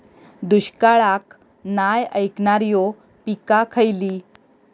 दुष्काळाक नाय ऐकणार्यो पीका खयली?